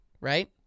right